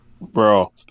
bro